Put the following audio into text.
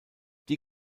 die